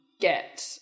get